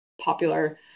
popular